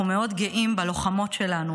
אנחנו מאוד גאים בלוחמות שלנו,